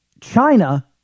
China